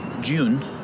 June